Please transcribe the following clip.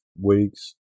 weeks